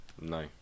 No